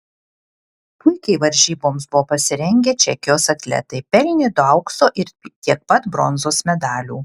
puikiai varžyboms buvo pasirengę čekijos atletai pelnė du aukso ir tiek pat bronzos medalių